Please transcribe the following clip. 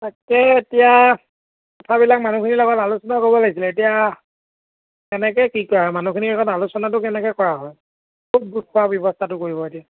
তাকে এতিয়া কথাবিলাক মানুহখিনিৰ লগত আলোচনা কৰিব লাগিছিলে এতিয়া কেনেকৈ কি কৰা হয় মানুহখিনিৰ লগত আলোচনাটো কেনেকৈ কৰা হয় ক'ত গোট খোৱাৰ ব্যৱস্থাটো কৰিব এতিয়া